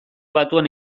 batuan